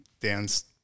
dance